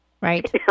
right